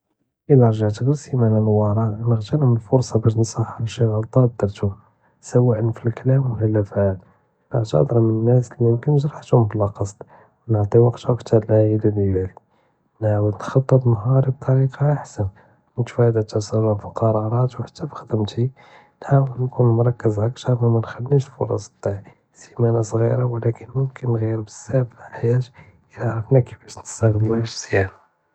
אלא ר'געת גר סימנה ללווארא נגתנם אלפרסה באש נסחח שי גלطات דרתם סווא אלכלם ולא פאה נאعتזר מן הנאס לי ימקין ג'רחתם בלא קצד ו نعطي וקט אקטאר לעלאילה דיעלי נعاוד נחתת נהאר בטאריקה אכשן נתפאדה אלתסרע פיקלקראראת ו חתי פחדמתי נהאול נكون מרכז אקטאר ו מונחליש פרס תדיעלי סימנה ס'ג'ירה ולקין כנג'יר בזאף אלחייאה אלא עראפנו כיפאש נסתעלוה מיזיאן.